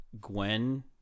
Gwen